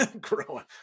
growing